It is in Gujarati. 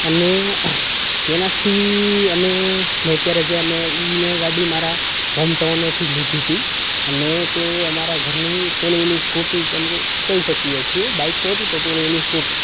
અને તેનાથી અમે મેં અત્યારે જે મેં એ મેં ગાડી મારા હોમટાઉનેથી જ લીધી હતી અને તે અમારા ઘરની પહેલી વહેલી સ્કૂટી કહી શકીએ છીએ બાઇક તો હતી પણ પહેલી વહેલી સ્કૂટી